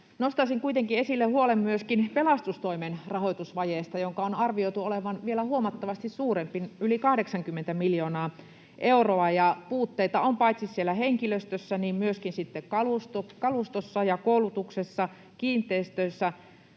Nostaisin kuitenkin esille huolen myöskin pelastustoimen rahoitusvajeesta, jonka on arvioitu olevan vielä huomattavasti suurempi, yli 80 miljoonaa euroa. Puutteita on paitsi siellä henkilöstössä myöskin kalustossa ja koulutuksessa, kiinteistöissä.